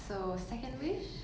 so second wish